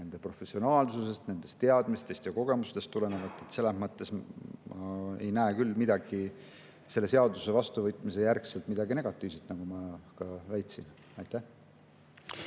nende professionaalsusest, teadmistest ja kogemustest tulenevalt. Selles mõttes ma ei näe küll selle seaduse vastuvõtmise järgselt midagi negatiivset, nagu ma ka väitsin. Jah,